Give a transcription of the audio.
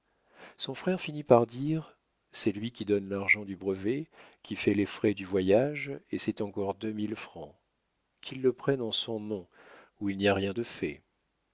son frère finit par dire c'est lui qui donne l'argent du brevet qui fait les frais du voyage et c'est encore deux mille francs qu'il le prenne en son nom ou il n'y a rien de fait